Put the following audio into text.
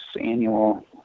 annual